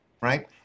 right